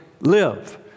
live